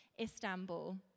Istanbul